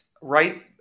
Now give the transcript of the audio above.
right